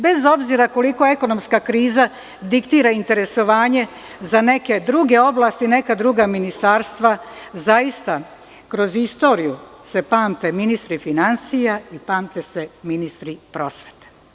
Bez obzira koliko ekonomska kriza diktira interesovanje za neke druge oblasti i neka druga ministarstva, zaista kroz istoriju se pamte ministri finansija i pamte se ministri prosvete.